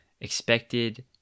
expected